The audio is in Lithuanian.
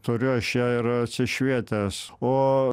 turiu aš ją ir atsišvietęs o